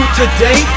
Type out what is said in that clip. today